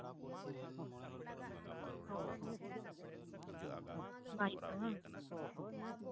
ᱚ ᱵᱟᱝ ᱦᱩᱭᱩᱜ ᱛᱟᱢᱟ ᱵᱟᱝ